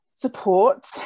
support